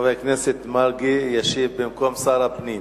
חבר הכנסת מרגי, וישיב במקום שר הפנים.